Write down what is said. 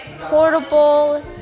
portable